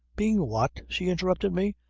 being what? she interrupted me.